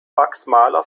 wachsmaler